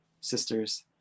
sisters